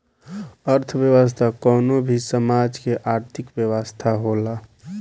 अर्थव्यवस्था कवनो भी समाज के आर्थिक व्यवस्था होला